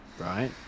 right